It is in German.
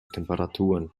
temperaturen